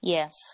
Yes